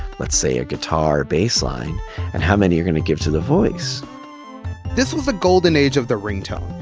let's say, a guitar baseline and how many you're going to give to the voice this was the golden age of the ringtone,